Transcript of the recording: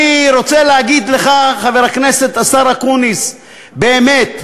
אני רוצה להגיד לך, חבר הכנסת, השר אקוניס, באמת,